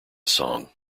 song